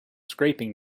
scraping